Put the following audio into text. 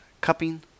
cupping